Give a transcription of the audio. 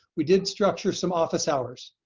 we did structure some office hours